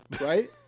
right